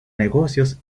negocios